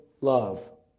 love